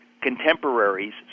contemporaries